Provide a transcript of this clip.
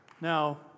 Now